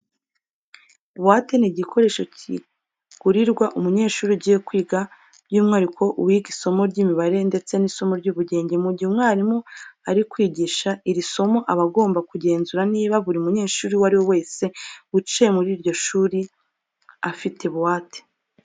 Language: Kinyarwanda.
Buwate ni igikoresho kigurirwa umunyeshuri ugiye kwiga by'umwihariko uwiga isomo ry'imibare ndetse n'isomo ry'ubugenge. Mu gihe umwarimu ari kwigisha iri somo aba agomba kugenzura niba buri munyeshuri uwo ari we wese wicaye muri iryo shuri afite buwate.